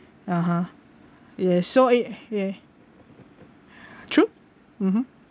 (uh huh) yes so ya true mmhmm